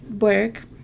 work